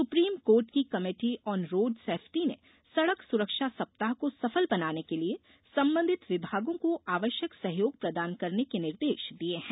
supreme court की committee on road safety ने सड़क सुरक्षा सप्ताह को सफल बनाने के लिये संबंधित विभागों को आवश्यक सहयोग प्रदान करने के निर्देश दिये हैं